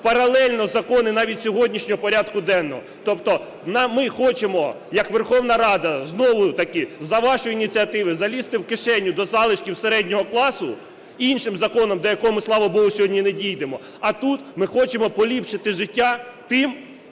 паралельно закони навіть сьогоднішнього порядку денного. Тобто ми хочемо як Верховна Рада знову-таки за вашої ініціативи залізти в кишені до залишків середнього класу іншим законом, до якого ми, слава Богу, сьогодні не дійдемо. А тут ми хочемо поліпшити життя тим,